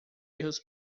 erros